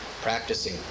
practicing